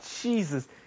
Jesus